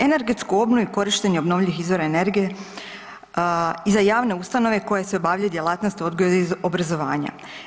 Energetsku obnovu i korištenje obnovljivih izvora energije i za javne ustanove u kojoj se obavljaju djelatnosti odgoja i obrazovanja.